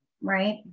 right